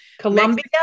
Colombia